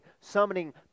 summoning